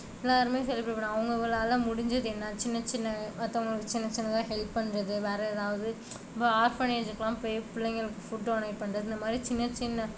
எல்லாேருமே செலிப்ரேட் பண்ணிணாங்க அவங்க அவங்களால் முடிஞ்சது என்ன சின்ன சின்ன மற்றவங்களுக்கு சின்ன சின்னதாக ஹெல்ப் பண்ணுறது வேறு ஏதாவது இப்போ ஹார்பனேஜுக்கெல்லாம் போய் பிள்ளைகளுக்கு ஃபுட் டொனேட் பண்ணுறது இந்த மாதிரி சின்ன சின்ன